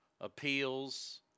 Appeals